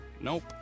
Nope